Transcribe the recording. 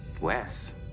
Wes